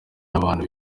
n’abantu